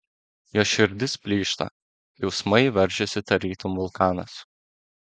jos širdis plyšta jausmai veržiasi tarytum vulkanas